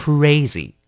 Crazy